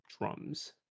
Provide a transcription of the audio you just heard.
Drums